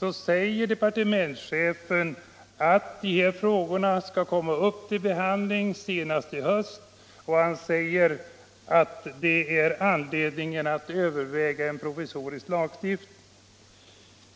anför departementchefen att datafrågorna skall komma upp till behandling senast i höst. Han säger att det finns anledning att överväga en provisorisk lagstiftning.